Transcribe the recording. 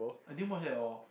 I didn't watch that at all